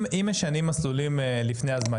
אם משנים מסלולים לפני הזמן,